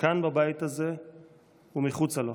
כאן בבית הזה ומחוצה לו.